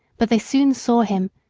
but they soon saw him,